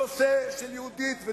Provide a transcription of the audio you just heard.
הנושא של "יהודית ודמוקרטית",